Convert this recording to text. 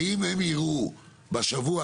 האם הם יראו בשבוע,